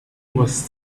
was